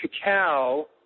cacao